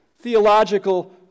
theological